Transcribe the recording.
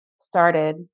started